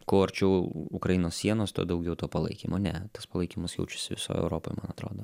kuo arčiau ukrainos sienos tuo daugiau to palaikymo ne tas palaikymas jaučiasi visoj europoj man atrodo